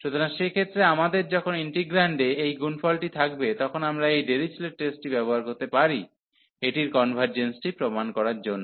সুতরাং সেক্ষেত্রে আমাদের যখন ইন্টিগ্রান্ডে এই গুণফলটি থাকবে তখন আমরা এই ডেরিচলেট টেস্টটি ব্যবহার করতে পারি এটির কনভারর্জেন্সটি প্রমাণ করার জন্য